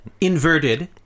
inverted